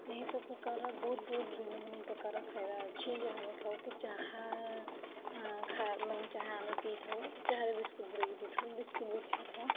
ଏହିସବୁ ପ୍ରକାରର ବହୁତ ବହୁତ ଭିନ୍ନ ଭିନ୍ନପ୍ରକାରର ଖାଇବା ଅଛି ଯାହା ଆମେ ଖାଉ କି ଚାହା ମାନେ ଚାହା ଆମେ ପିଇଥାଉ ଚାହାରେ ବିସ୍କୁଟ୍ ବୁଡ଼େଇକି ପିଇଥାଉ ବିସ୍କୁଟ୍ ବି ଖାଇଥାଉ